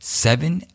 seven